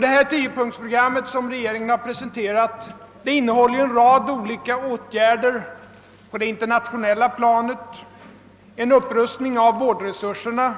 Det tiopunktsprogram som regeringen har presenterat innehåller ju en rad olika åtgärder på det internationella planet, en upprustning av vårdresurserna,